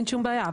אין שום בעיה.